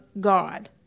God